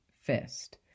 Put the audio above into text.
fist